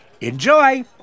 Enjoy